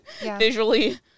visually